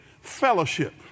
fellowship